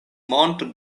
monto